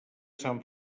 sant